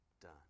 done